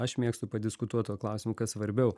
aš mėgstu padiskutuot tuo klausimu kas svarbiau